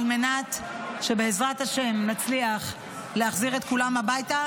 על מנת שבעזרת השם נצליח להחזיר את כולם הביתה,